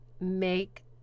make